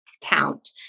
count